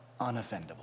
unoffendable